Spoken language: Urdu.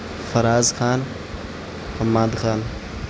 فراز خان حماد خان